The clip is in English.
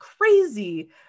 crazy